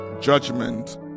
judgment